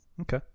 okay